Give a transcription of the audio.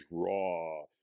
draw